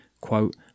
quote